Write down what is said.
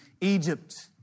Egypt